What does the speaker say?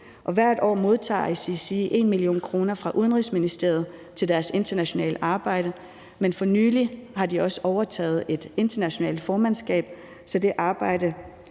hvert år modtager ICC 1 mio. kr. fra Udenrigsministeriet til deres internationale arbejde. Men for nylig har de også overtaget et internationalt formandskab, så det